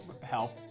help